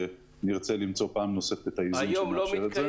נרצה למצוא פעם נוספת את הדיון שמאפשר אותו.